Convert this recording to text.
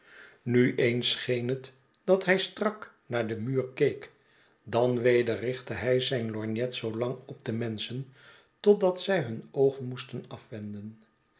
nu eens scheen het dat hij strak naar een muur keek dan weder richtte hij zijn lorgnet zoolang op de menschen totdat zij hun oogen moesten afwenden